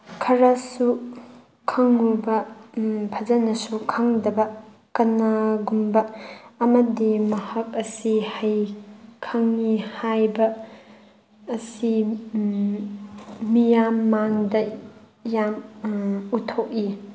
ꯈꯔꯁꯨ ꯈꯪꯕ ꯐꯖꯅꯁꯨ ꯈꯪꯗꯕ ꯀꯅꯥꯒꯨꯝꯕ ꯑꯃꯗꯤ ꯃꯍꯥꯛ ꯑꯁꯤ ꯍꯩ ꯈꯪꯉꯤ ꯍꯥꯏꯕ ꯑꯁꯤ ꯃꯤꯌꯥꯝ ꯃꯥꯡꯗ ꯌꯥꯝ ꯎꯠꯊꯣꯛꯏ